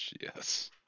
Yes